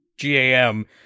GAM